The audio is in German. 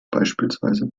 beispielsweise